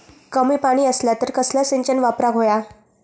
कमी पाणी असला तर कसला सिंचन वापराक होया?